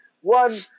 One